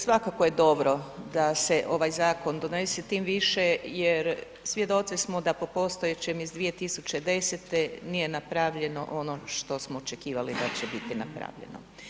Svakako je dobro da se ovaj zakon donese tim više jer svjedoci smo da po postojećim iz 2010. nije napravljeno ono što smo očekivali da će biti napravljeno.